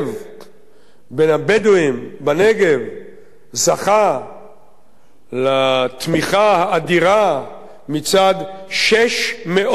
בין הבדואים בנגב זכה לתמיכה האדירה מצד 600 מצביעים.